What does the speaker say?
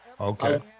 okay